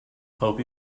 hope